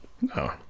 No